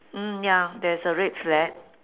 mm ya there's a red flag